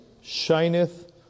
shineth